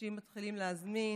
אנשים מתחילים להזמין